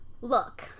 look